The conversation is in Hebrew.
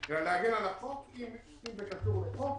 אלא להגן על החוק, אם זה קשור לחוק,